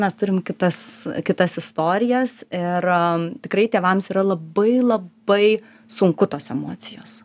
mes turime kitas kitas istorijas ir man tikrai tėvams yra labai labai sunku tos emocijos